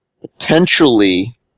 potentially